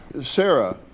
Sarah